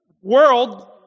world